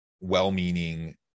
well-meaning